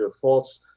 false